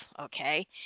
okay